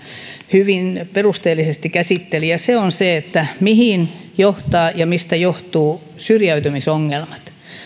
hyvin perusteellisesti käsitteli ja se on se mihin johtavat ja mistä johtuvat syrjäytymisongelmat